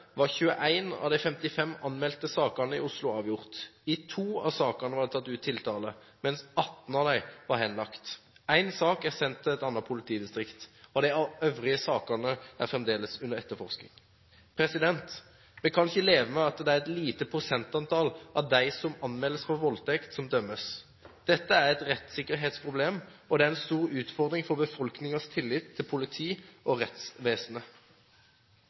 var 21 av de 55 anmeldte sakene i Oslo avgjort. I to av sakene er det tatt ut tiltale, mens 18 av dem er henlagt. Én sak er sendt til et annet politidistrikt, og de øvrige sakene er fremdeles under etterforskning. Vi kan ikke leve med at det er et lite prosentantall av dem som anmeldes for voldtekt, som dømmes. Dette er et rettssikkerhetsproblem, og det er en stor utfordring for befolkningens tillit til politi og